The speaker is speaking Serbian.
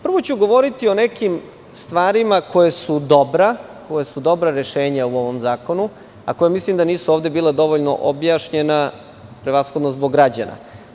Prvo ću govoriti o nekim stvarima koje su dobra rešenja u ovom zakonu, a koja mislim da nisu ovde bila dovoljno objašnjena, prevashodno zbog građana.